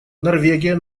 норвегия